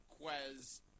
Quez